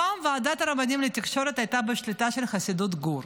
פעם ועדת הרבנים לתקשורת הייתה בשליטה של חסידות גור,